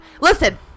Listen